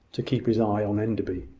to keep his eye on enderby.